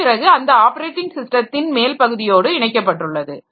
அதன்பிறகு அது ஆப்பரேட்டிங் ஸிஸ்டத்தின் மேல் பகுதியோடு இணைக்கப்பட்டுள்ளது